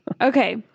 Okay